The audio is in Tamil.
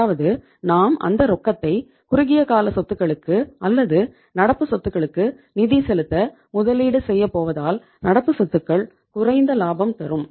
அதாவது நாம் அந்த ரொக்கத்தை குறுகிய கால சொத்துகளுக்கு அல்லது நடப்பு சொத்துகளுக்கு நிதி செலுத்த முதலீடு செய்யபோவதால் நடப்பு சொத்துக்கள் குறைந்த லாபம் தரும்